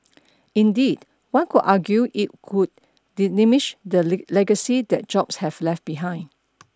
indeed one could argue it could diminish the legacy that Jobs have left behind